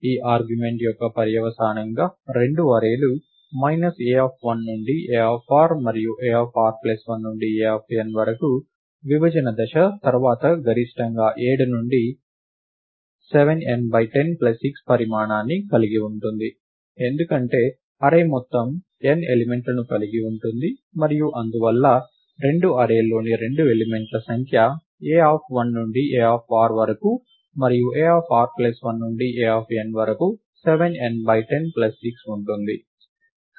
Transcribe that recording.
ఈ ఆర్గ్యుమెంట్ యొక్క పర్యవసానంగా 2 అర్రేలు A1 నుండి Ar మరియు Ar 1 నుండి An వరకు విభజన దశ తర్వాత గరిష్టంగా 7 నుండి 7 n 10 6 పరిమాణాన్ని కలిగి ఉంటుంది ఎందుకంటే అర్రే మొత్తం n ఎలిమెంట్లను కలిగి ఉంటుంది మరియు అందువల్ల 2 అర్రేలలోని 2 ఎలిమెంట్ల సంఖ్య A1 నుండి Ar వరకు మరియు Arn నుండి An వరకు 7 n బై 10 ప్లస్ 6 ఉంటుంది